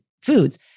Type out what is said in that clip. Foods